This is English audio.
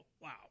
Wow